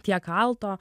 tiek alto